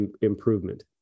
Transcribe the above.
improvement